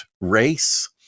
race